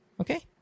Okay